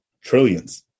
trillions